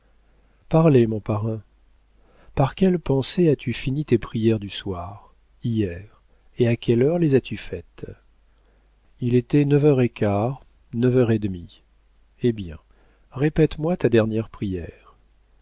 parlez mon parrain par quelle pensée as-tu fini tes prières du soir hier et à quelle heure les as-tu faites il était neuf heures un quart neuf heures et demie eh bien répète-moi ta dernière prière